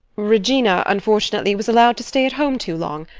regina, unfortunately, was allowed to stay at home too long.